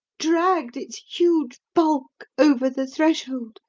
dragged its huge bulk over the threshold,